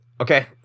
Okay